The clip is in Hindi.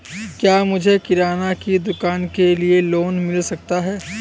क्या मुझे किराना की दुकान के लिए लोंन मिल सकता है?